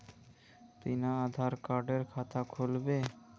बिना आधार कार्डेर खाता खुल बे?